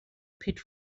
pit